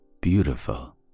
Beautiful